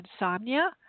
insomnia